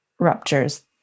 Ruptures